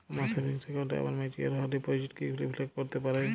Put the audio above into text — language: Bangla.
আমার সেভিংস অ্যাকাউন্টে আমার ম্যাচিওর হওয়া ডিপোজিট কি রিফ্লেক্ট করতে পারে?